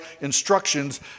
instructions